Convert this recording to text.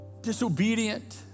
disobedient